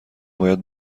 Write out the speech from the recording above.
باید